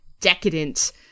decadent